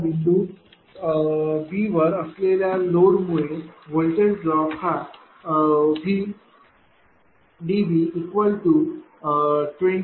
आता बिंदू B वर असलेल्या लोड मुळे व्होल्टेज ड्रॉप हा VDB200